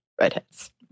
redheads